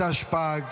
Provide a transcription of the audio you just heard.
התשפ"ג